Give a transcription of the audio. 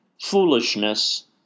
foolishness